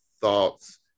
thoughts